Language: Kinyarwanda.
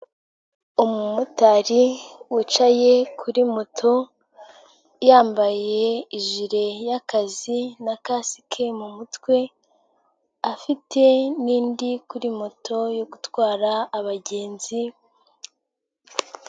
Umumotari wicaye kuri moto, yambaye ijiri y'akazi na kasike mu mutwe ,afite n'indi kuri moto yo gutwara abagenzi.